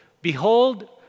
behold